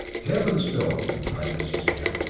heavens, philip! cried mrs. kent.